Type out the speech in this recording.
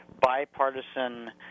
bipartisan